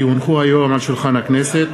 כי הונחו היום על שולחן הכנסת,